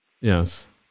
Yes